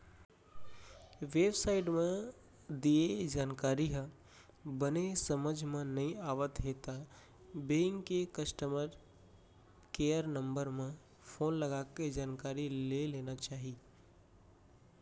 web site म दिये जानकारी ह बने समझ म नइ आवत हे त बेंक के कस्टमर केयर नंबर म फोन लगाके जानकारी ले लेना चाही